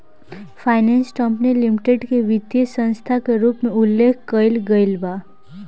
finance company limited के वित्तीय संस्था के रूप में उल्लेख कईल गईल बा